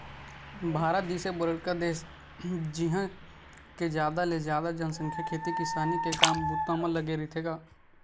भारत जइसे बड़का देस जिहाँ के जादा ले जादा जनसंख्या खेती किसानी के काम बूता म लगे रहिथे गा